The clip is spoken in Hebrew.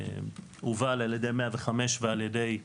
הובל על ידי 105, על-ידי אילן,